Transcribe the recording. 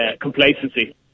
complacency